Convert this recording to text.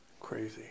Crazy